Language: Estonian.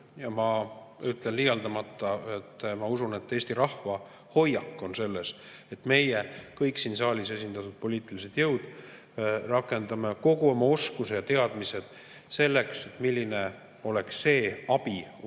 Ja ma ütlen liialdamata: ma usun, et Eesti rahva hoiak on selline, et meie, kõik siin saalis esindatud poliitilised jõud, rakendame kõik oma oskused ja teadmised selleks, et [otsustada,] milline oleks see abi